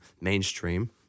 mainstream